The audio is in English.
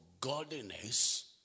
godliness